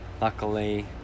Luckily